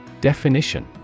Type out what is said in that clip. Definition